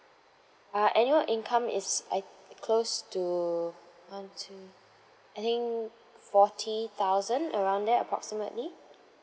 uh annual income is I close to one two I think forty thousand around there approximately